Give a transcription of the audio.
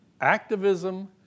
activism